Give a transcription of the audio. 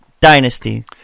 dynasty